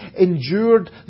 endured